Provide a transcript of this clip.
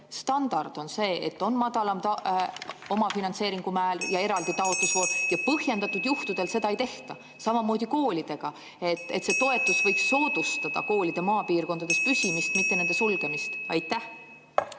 standard on see, et on madalam omafinantseeringu määr ja eraldi taotlusvoor (Juhataja helistab kella.), ja põhjendatud juhtudel seda ei tehta? Samamoodi koolidega. See toetus võiks soodustada koolide maapiirkondades püsimist, mitte nende sulgemist. Aitäh,